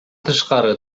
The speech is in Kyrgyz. тышкары